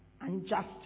unjust